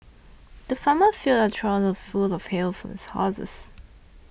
the farmer filled a trough full of hay for his horses